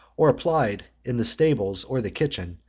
or applied, in the stables or the kitchen,